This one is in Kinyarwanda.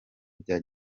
bya